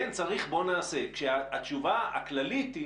כן, צריך, בוא נעשה כשהתשובה הכללית היא: